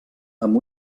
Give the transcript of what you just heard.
amb